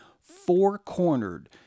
four-cornered